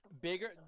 Bigger